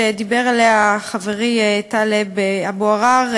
שדיבר עליה חברי טלב אבו עראר,